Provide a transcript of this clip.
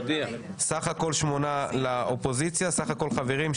סך הכול שמונה לאופוזיציה, סך הכול 17 חברים.